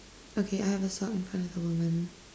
okay I have a sock in front of the woman